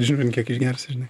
žiūrint kiek išgersi žinai